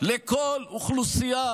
לכל אוכלוסייה